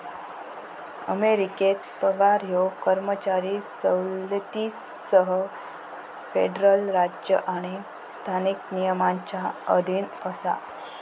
अमेरिकेत पगार ह्यो कर्मचारी सवलतींसह फेडरल राज्य आणि स्थानिक नियमांच्या अधीन असा